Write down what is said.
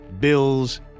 bills